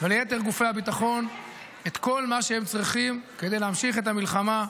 וליתר גופי הביטחון את כל מה שהם צריכים כדי להמשיך את המלחמה,